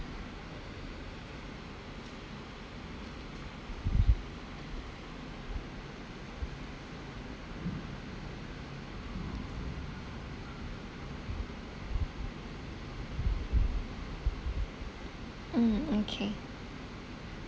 mm okay